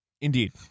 Indeed